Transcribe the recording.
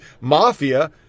mafia